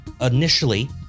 initially